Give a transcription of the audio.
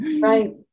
Right